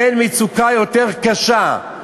אין מצוקה יותר קשה,